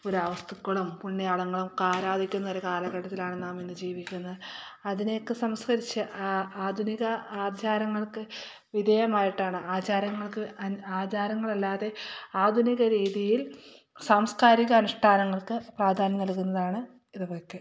പുരാവസ്തുക്കളും പുണ്യാളങ്ങളും ഒക്കെ ആരാധിക്കുന്ന ഒരു കാലഘട്ടത്തിലാണ് നാമിന്നു ജീവിക്കുന്നത് അതിനെയൊക്കെ സംസ്ക്കരിച്ച് ആധുനിക ആചാരങ്ങൾക്ക് വിധേയമായിട്ടാണ് ആചാരങ്ങൾക്ക് ആചാരങ്ങളല്ലാതെ ആധുനിക രീതിയിൽ സാംസ്ക്കാരിക അനുഷ്ഠാനങ്ങൾക്ക് പ്രാധാന്യം നൽകുന്നതാണ് ഇതൊക്കെ